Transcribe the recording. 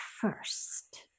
first